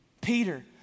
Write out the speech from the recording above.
Peter